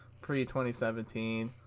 pre-2017